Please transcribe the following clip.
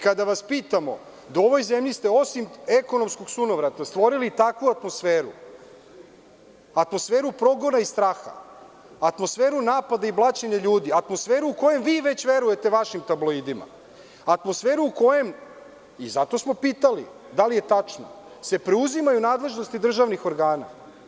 Kada vas pitamo da u ovoj zemlji, osim ekonomskog sunovrata stvorili takvu atmosferu, atmosferu progona i straha, atmosferu napada i blaćenja ljudi, atmosferu u koju vi verujete, vašim tabloidima, atmosferu u kojem, i zato smo pitali - da li je tačno da se preuzimaju nadležnosti državnih organa?